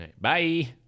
Bye